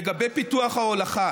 לגבי פיתוח ההולכה,